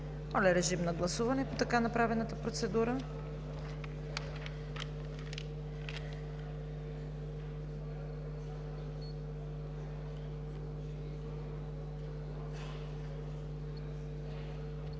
Моля, режим на гласуване по така направената процедура.